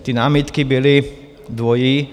Ty námitky byly dvojí.